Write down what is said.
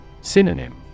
Synonym